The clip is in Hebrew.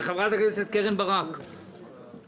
חברת הכנסת קרן ברק, בקצרה.